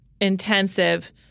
intensive